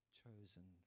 chosen